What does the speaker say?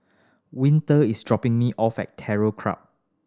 Winter is dropping me off at Terror Club